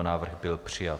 Návrh byl přijat.